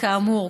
כאמור,